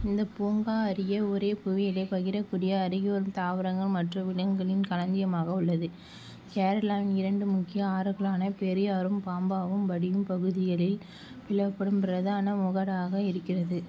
இந்தப் பூங்கா அறிய ஒரே புவியியலைப் பகிரக்கூடிய அருகிவரும் தாவரங்கள் மற்றும் விலங்கினங்களின் களஞ்சியமாக உள்ளது கேரளாவின் இரண்டு முக்கிய ஆறுகளான பெரியாரும் பம்பாவும் வடியும் பகுதிகளில் பிளவுபடும் பிரதான முகடாக இருக்கிறது